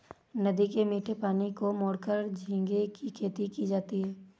नदी के मीठे पानी को मोड़कर झींगे की खेती की जाती है